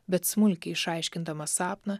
bet smulkiai išaiškindamas sapną